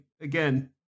again